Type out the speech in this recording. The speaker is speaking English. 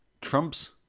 Trump's